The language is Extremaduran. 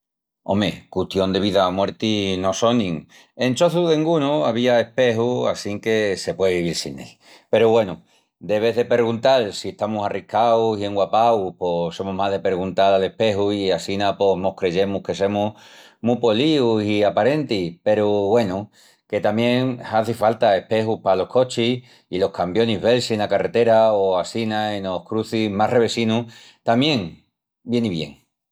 Ome, custión de vida o muerti no sonin. En choçu dengunu avía espeju assinque se puei vivil sin él. Peru güenu, de vés de perguntal si estamus arriscaus i enguapaus pos semus más de perguntal al espeju i assina pos mos creyemus que semus mu políus i aparentis. Peru, güenu, que tamién hazi falta espejus palos cochis i los cambionis vel-si ena carretera o assina enos crucis más revesinus tamién vieni bien.